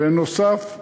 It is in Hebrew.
בנוסף,